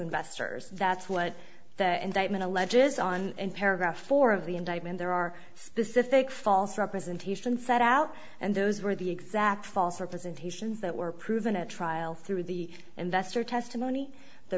investors that's what the indictment alleges on in paragraph four of the indictment there are specific false representation set out and those were the exact false or presentations that were proven at trial through the investor testimony the